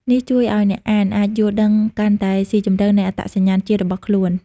នេះជួយឲ្យអ្នកអានអាចយល់ដឹងកាន់តែស៊ីជម្រៅពីអត្តសញ្ញាណជាតិរបស់ខ្លួន។